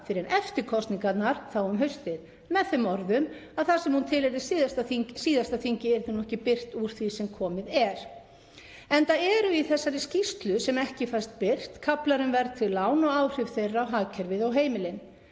fyrr en eftir kosningarnar þá um haustið með þeim orðum að þar sem hún tilheyrði síðasta þingi yrði hún ekki birt úr því sem komið er, enda eru í þessari skýrslu, sem ekki fæst birt, kaflar um verðtryggð lán og áhrif þeirra á hagkerfið og heimilin